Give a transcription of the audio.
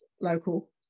local